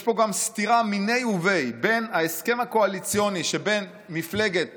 יש פה גם סתירה מניה וביה בין ההסכם הקואליציוני שבין מפלגת